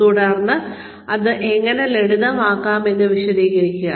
കൂടാതെ ഇത് എങ്ങനെ ലളിതമാക്കാം എന്ന് വിശദീകരിക്കുക